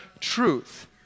truth